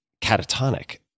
catatonic